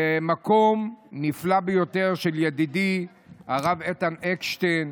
זה מקום נפלא ביותר, של ידידי הרב איתן אקשטיין,